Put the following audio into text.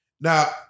Now